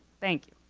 thank you.